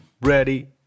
ready